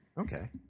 Okay